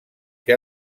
que